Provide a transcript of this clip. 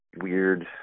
weird